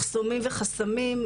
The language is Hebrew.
מחסומים וחסמים,